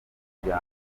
kujya